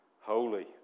holy